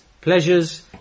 pleasures